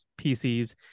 PCs